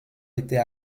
était